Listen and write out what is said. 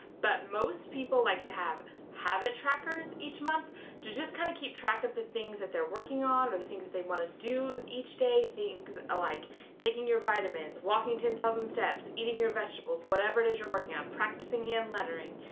but most people like to have habit trackers each month to just kind of keep track of the things that they're working on or the things that they want to do each day. day. things ah like taking your vitamins, walking ten thousand steps, eating your vegetables, whatever it is you're working on, practicing hand lettering.